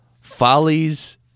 follies